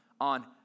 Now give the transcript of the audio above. on